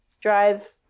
drive